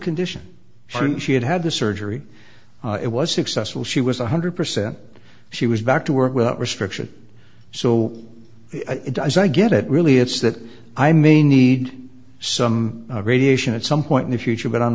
condition when she had had the surgery it was successful she was one hundred percent she was back to work without restriction so it does i get it really it's that i may need some radiation at some point in the future but i'm